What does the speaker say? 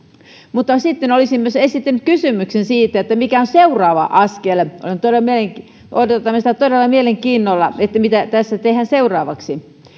mutta sitten olisin myös esittänyt kysymyksen mikä on seuraava askel odotamme todella mielenkiinnolla mitä tässä tehdään seuraavaksi